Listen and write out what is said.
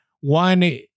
one